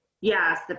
yes